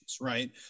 right